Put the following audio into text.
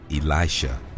Elisha